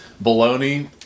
bologna